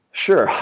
sure.